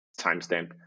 timestamp